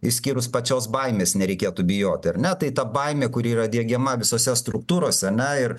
išskyrus pačios baimės nereikėtų bijoti ar ne tai ta baimė kuri yra diegiama visose struktūrose ar ne ir